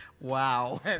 Wow